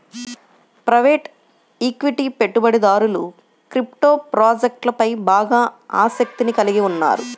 private equity పెట్టుబడిదారులు crypto ప్రాజెక్ట్లపై బాగా ఆసక్తిని కలిగి ఉన్నారు